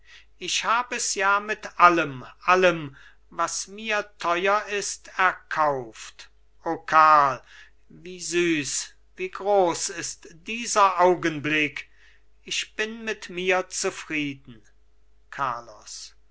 ich hab es ja mit allem allem was mir teuer ist erkauft o karl wie süß wie groß ist dieser augenblick ich bin mit mir zufrieden carlos